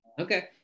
Okay